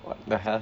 what the hell